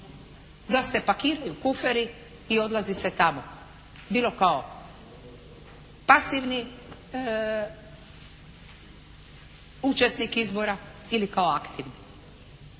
da se pakiraju kuferi i odlazi se tamo bilo kao pasivni učesnik izbora ili kao aktivni.